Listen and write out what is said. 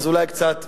אז אולי בחוק